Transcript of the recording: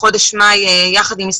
בחודש מאי אנחנו פתחנו מענק סקטוריאלי יחד